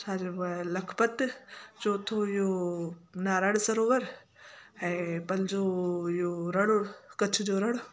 छा चइबो आहे लखपत चौथों इहो नारायण सरोवर ऐं पंजो इहो रण कच्छ जो रण